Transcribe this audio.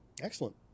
Excellent